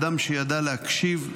אדם שידע להקשיב,